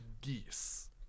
geese